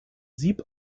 sieb